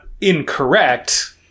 incorrect